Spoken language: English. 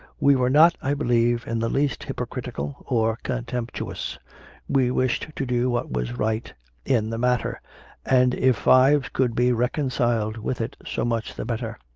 we were not, i believe, in the least hypocritical or contemptuous we wished to do what was right in the matter and if fives could be reconciled with it, so much the better.